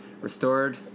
restored